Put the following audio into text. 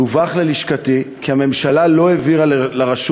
דווח ללשכתי כי הממשלה לא העבירה לרשות